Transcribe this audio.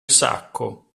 sacco